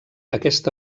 aquesta